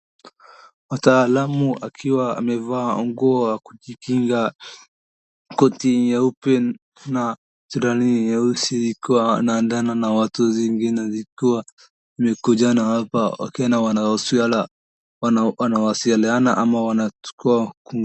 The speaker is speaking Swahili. Wataalamu wakiwa amevaa nguo ya kujinga, koti nyeupe na suruali nyeusi kuwa naandana na watu zingine zikiwa zimekuja na hapa wakiwa na wanawasiliana ama wanachukua...